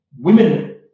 women